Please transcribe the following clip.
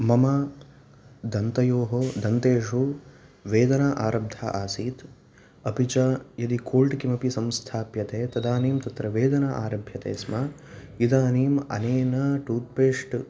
मम दन्तयोः दन्तेषु वेदना आरब्धा आसीत् अपि च यदि कोल्ड् किमपि संस्थाप्यते तदानीं तत्र वेदना आरभ्यते स्म इदानीम् अनेन टुथपेस्ट्